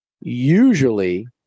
usually